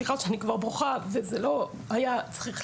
סליחה שאני כבר בוכה, וזה לא היה צריך לקרות.